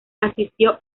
asistió